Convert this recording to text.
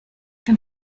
den